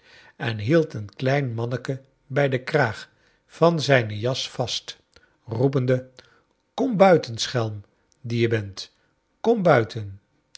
en hield een klein manneke bij den kraag van zijne jas vast roepende kom buiten schelm die je bent kom buiten